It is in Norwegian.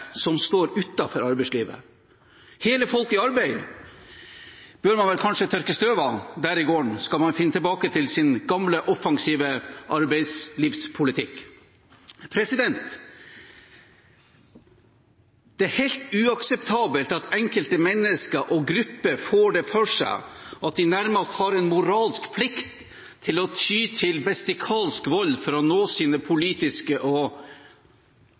som står utenfor arbeidslivet. Slagordet «Hele folket i arbeid» bør man kanskje tørke støv av der i gården hvis man skal finne tilbake til sin gamle, offensive arbeidslivspolitikk. Det er helt uakseptabelt at enkelte mennesker og grupper får det for seg at de nærmest har en moralsk plikt til å ty til bestialsk vold for å nå sine politiske og